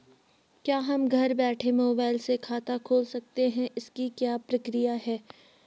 क्या हम घर बैठे मोबाइल से खाता खोल सकते हैं इसकी क्या प्रक्रिया है?